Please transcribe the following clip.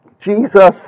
Jesus